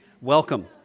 Welcome